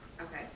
Okay